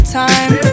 time